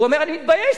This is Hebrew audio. הוא אומר, אני מתבייש.